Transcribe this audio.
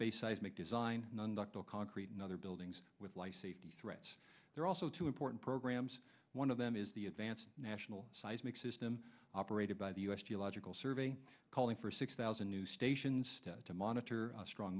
based seismic design non doctor concrete and other buildings with life safety threats there are also two important programs one of them is the advanced national seismic system operated by the u s geological survey calling for six thousand new stations to monitor a strong